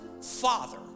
father